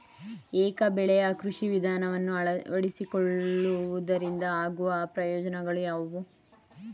ಏಕ ಬೆಳೆಯ ಕೃಷಿ ವಿಧಾನವನ್ನು ಅಳವಡಿಸಿಕೊಳ್ಳುವುದರಿಂದ ಆಗುವ ಪ್ರಯೋಜನಗಳು ಯಾವುವು?